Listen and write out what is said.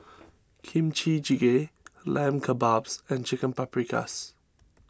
Kimchi Jjigae Lamb Kebabs and Chicken Paprikas